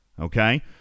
Okay